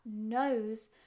knows